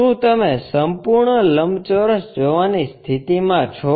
શું તમે સંપૂર્ણ લંબચોરસ જોવાની સ્થિતિમાં છો